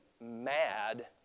mad